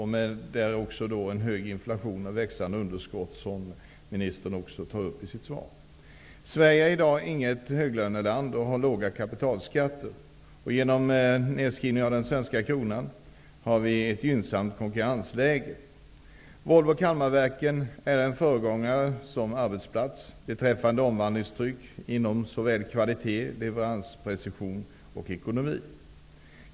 Det har varit hög inflation och växande underskott, som ministern också säger i sitt svar. Sverige är i dag inget höglöneland, och kapitalskatterna är låga. Genom nedskrivningen av den svenska kronan har vi ett gynnsamt konkurrensläge. Volvo Kalmarverken är en föregångare som arbetsplats beträffande omvandlingstryck inom områden som kvalitet, leveransprecision och ekonomi.